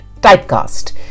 typecast